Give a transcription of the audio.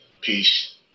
Peace